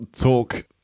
talk